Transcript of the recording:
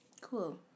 Cool